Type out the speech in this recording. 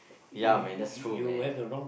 ya man that's true man